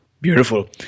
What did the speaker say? Beautiful